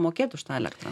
mokėt už tą elektrą